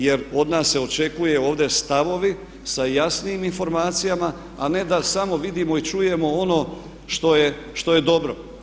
Jer od nas se očekuje ovdje stavovi sa jasnim informacijama a ne da samo vidimo i čujemo ono što je dobro.